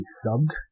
subbed